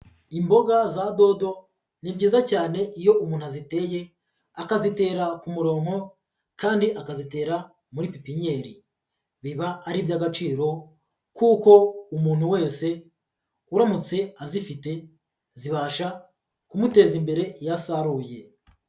Imboga za dodo ni byiza cyane iyo umuntu aziteye akazitera ku murongo kandi akazitera muri pipinyeri, biba ari iby'agaciro kuko umuntu wese uramutse azifite zibasha kumuteza imbere iyo asharuye.